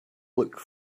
look